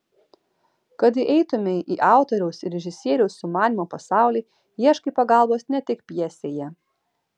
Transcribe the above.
kad įeitumei į autoriaus ir režisieriaus sumanymo pasaulį ieškai pagalbos ne tik pjesėje